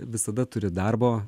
visada turi darbo